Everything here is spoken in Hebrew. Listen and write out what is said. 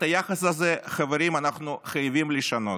את היחס הזה, חברים, אנחנו חייבים לשנות.